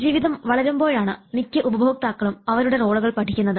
ജീവിതം വളരുമ്പോഴാണ് മിക്ക ഉപഭോക്താക്കളും അവരുടെ റോളുകൾ പഠിക്കുന്നത്